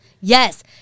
Yes